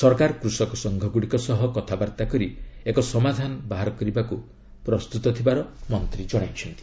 ସରକାର କୃଷକ ସଂଘଗୁଡ଼ିକ ସହ କଥାବାର୍ତ୍ତା କରି ଏକ ସମାଧାନ ବାହାର କରିବାକୁ ପ୍ରସ୍ତୁତ ଥିବାର ମନ୍ତ୍ରୀ କହିଛନ୍ତି